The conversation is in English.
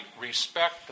respect